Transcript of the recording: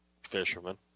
fisherman